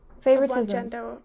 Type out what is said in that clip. favoritism